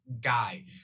guy